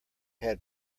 had